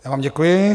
Já vám děkuji.